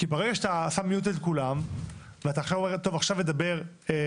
אתה שם את כולם על מיוט ואתה אומר מי ידבר.